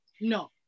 No